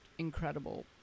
incredible